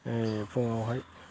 फुङावहाय